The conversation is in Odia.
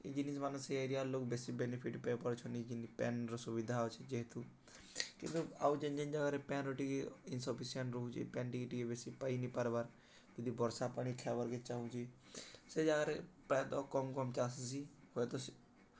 ଏଇ ଜିନଷ୍ମାନ ସେ ଏରିଆାର ଲୋକ ବେଶୀ ବେନିଫିଟ୍ ପାଇପାରୁଛନ୍ତି ପ୍ୟାନ୍ର ସୁବିଧା ଅଛି ଯେହେତୁ କିନ୍ତୁ ଆଉ ଯେନ୍ ଯେନ୍ ଜାଗାରେ ପ୍ୟନ୍ରୁ ଟିକେ ଇନସଫିସିଏଣ୍ଟ ରହୁଛି ପ୍ୟାନ୍ ଟିକେ ଟିକେ ବେଶୀ ପାଇନି ପାର୍ବାର ଯଦି ବର୍ଷା ପାଣି ଖାଇଆବାର୍କେ ଚାହୁଁଛି ସେ ଜାଗାରେ ପ୍ରାୟତଃ କମ୍ କମ୍ ଚାଷ୍ ହେସିି ହୁଏତ